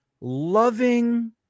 loving